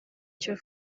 cy’u